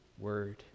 word